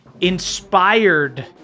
inspired